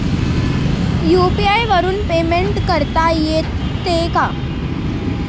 UPI वरून payment करता येते का?